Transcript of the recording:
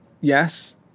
Yes